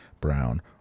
brown